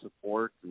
support